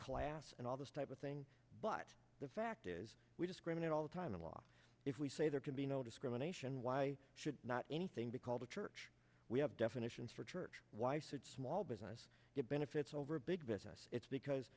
class and all this type of thing but the fact is we discriminate all the time in law if we say there can be no discrimination why should not anything be called a church we have definitions for church why such small business get benefits over big business it's because